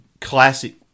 classic